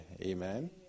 Amen